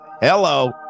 Hello